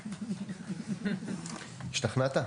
השתכנעת?